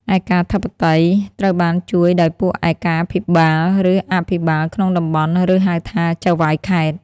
ឯកាធិបតីត្រូវបានជួយដោយពួកឯកាភិបាល ឬអភិបាលក្នុងតំបន់ ឬ ហៅថា ចៅហ្វាយខេត្ត។